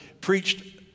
preached